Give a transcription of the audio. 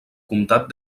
comtat